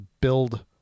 build